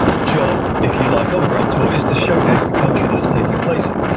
job if you like of a grand tour is to showcase the culture that it's taking place in.